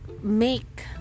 make